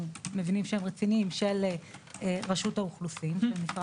אנחנו ראינו פה נתון אחד